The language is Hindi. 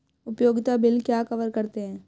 उपयोगिता बिल क्या कवर करते हैं?